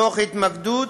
תוך התמקדות